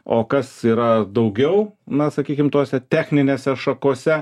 o kas yra daugiau na sakykim tose techninėse šakose